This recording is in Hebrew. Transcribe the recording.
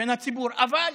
בין הציבור, אבל